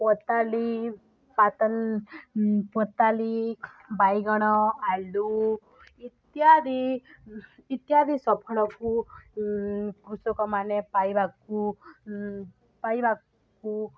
ପତାଲି ପାତଲ ପତାଲି ବାଇଗଣ ଆଲୁ ଇତ୍ୟାଦି ଇତ୍ୟାଦି ସଫଳକୁ କୃଷକମାନେ ପାଇବାକୁ ପାଇବାକୁ